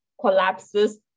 collapses